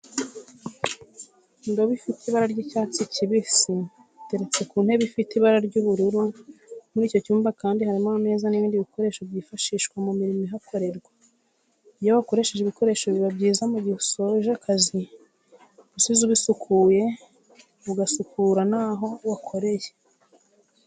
Indobo ifite ibara ry'icyatsi kibisi, iteretse ku ntebe ifite ibara ry'ubururu, muri icyo cyumba kandi harimo ameza n'ibindi bikoresho byifashishwa mu mirimo ihakorerwa, iyo wakoresheje ibikoresho biba byiza mu gihe usoje akazi usize ubisukuye ugasukura naho wakoreye.